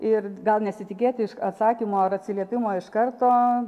ir gal nesitikėti iš atsakymo ar atsiliepimo iš karto